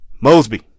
Mosby